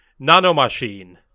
nanomachine